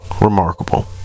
remarkable